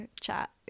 chat